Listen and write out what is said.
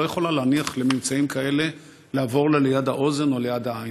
לא יכולה להניח לממצאים כאלה לעבור לה ליד האוזן או ליד העין.